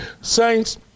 Saints